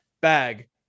bag